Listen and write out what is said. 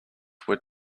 were